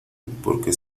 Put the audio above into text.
porque